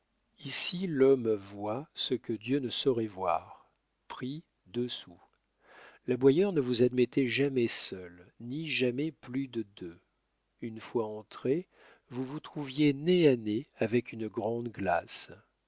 ici l'homme voit ce que dieu ne saurait voir prix deux sous l'aboyeur ne vous admettait jamais seul ni jamais plus de deux une fois entré vous vous trouviez nez à nez avec une grande glace